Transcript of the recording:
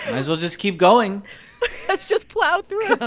as well just keep going let's just plow through.